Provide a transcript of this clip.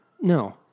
No